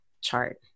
chart